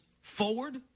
forward